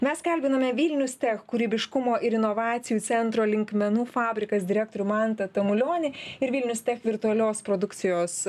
mes kalbiname vilnius tech kūrybiškumo ir inovacijų centro linkmenų fabrikas direktorių mantą tamulionį ir vilnius tech virtualios produkcijos